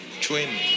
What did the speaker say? twin